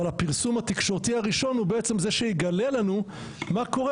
אבל הפרסום התקשורתי הראשון הוא זה שיגלה לנו מה קורה